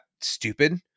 stupid